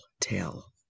tell